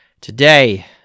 today